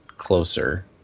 Closer